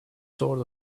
sort